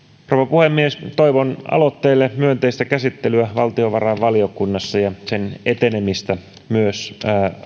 puhemies toivon aloitteelle myönteistä käsittelyä valtiovarainvaliokunnassa ja sen etenemistä myös